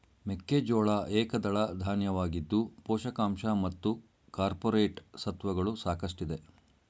ಮೆಕ್ಕೆಜೋಳ ಏಕದಳ ಧಾನ್ಯವಾಗಿದ್ದು ಪೋಷಕಾಂಶ ಮತ್ತು ಕಾರ್ಪೋರೇಟ್ ಸತ್ವಗಳು ಸಾಕಷ್ಟಿದೆ